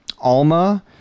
Alma